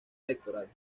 electoral